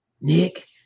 Nick